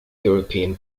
european